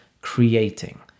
creating